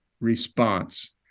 response